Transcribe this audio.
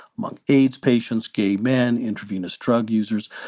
among aids patients, gay men, intravenous drug users,